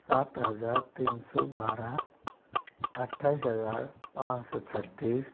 सात हज़ार तीन सौ बारह अठाईस हज़ार पाँच सौ छत्तीस